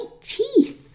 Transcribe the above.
teeth